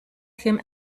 him